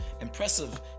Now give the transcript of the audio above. impressive